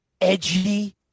edgy